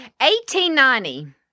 1890